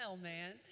man